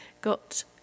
got